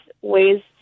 ways